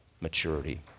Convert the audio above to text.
maturity